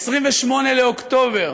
ב-28 באוקטובר